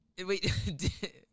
Wait